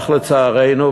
אך לצערנו,